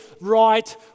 right